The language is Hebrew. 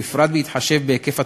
ובפרט בהתחשב בהיקף התופעה,